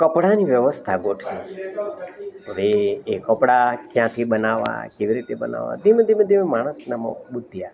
કપડાની વ્યવસ્થા ગોઠવાઈ હવે એ કપડા ક્યાંથી બનાવવા કેવી રીતે બનાવવા ધીમે ધીમે ધીમે માણસનામાં બુદ્ધિ આવી